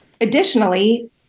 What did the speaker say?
Additionally